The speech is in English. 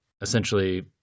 essentially